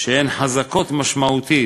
שהן חזקות משמעותית